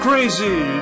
Crazy